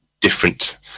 different